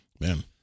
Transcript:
Man